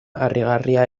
harrigarria